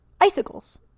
icicles